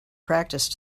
practice